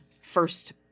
first